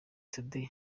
today